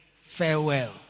farewell